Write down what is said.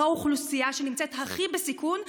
זו האוכלוסייה שהכי נמצאת בסיכון,